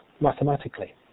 mathematically